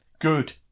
Good